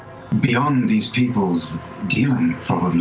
beyond these people's dealing,